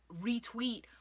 retweet